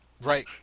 Right